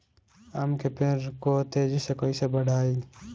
आम के पेड़ को तेजी से कईसे बढ़ाई?